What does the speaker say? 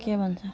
के भन्छ